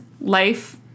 life